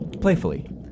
Playfully